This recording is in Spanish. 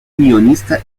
guionista